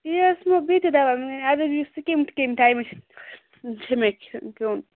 بیٚیہِ ٲسۍ مےٚ بیٚیہِ تہِ دوا مےٚ دوٚپ سُہ کَمہِ کَمہِ ٹایِمہٕ چھِ مےٚ کھیوٚن